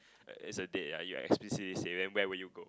it's a date lah you explicitly say then where would you go